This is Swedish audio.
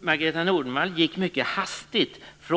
Margareta Nordenvall gick mycket hastigt fram.